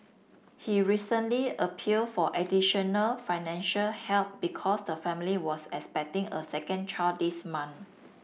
he recently appealed for additional financial help because the family was expecting a second child this month